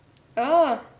oh